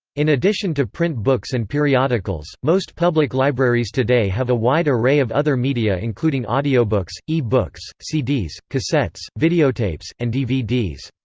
in addition to print books and periodicals, most public libraries today have a wide array of other media including audiobooks, e-books, cds, cassettes, videotapes, and dvds.